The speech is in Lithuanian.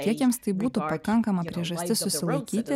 kiek jiems tai būtų pakankama priežastis susilaikyti